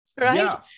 Right